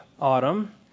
autumn